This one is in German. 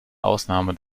ausnahme